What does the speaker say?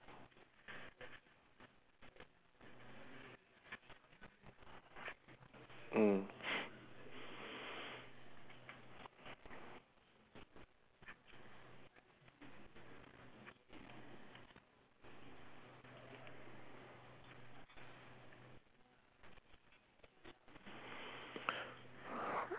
mm